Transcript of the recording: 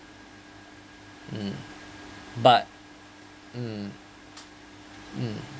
mm but mm mm